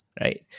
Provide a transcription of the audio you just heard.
right